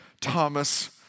Thomas